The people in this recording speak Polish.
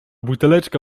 buteleczka